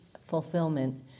fulfillment